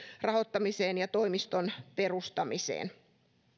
rahoittamiseen ja toimiston perustamiseen